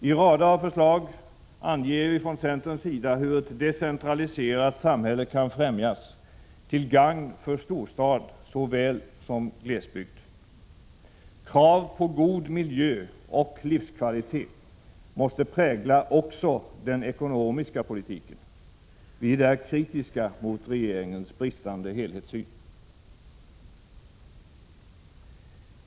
I rader av förslag anger centerpartiet hur ett decentraliserat samhälle kan främjas till gagn för storstad såväl som glesbygd. Krav på god miljö och livskvalitet måste prägla också den ekonomiska politiken. Vi är där kritiska mot regeringens bristande helhetssyn.